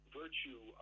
virtue